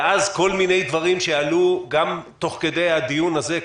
ואז כל מיני דברים שעלו גם תוך כדי הדיון הזה,